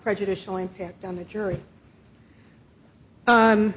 prejudicial impact on the jury